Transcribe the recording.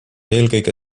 eelkõige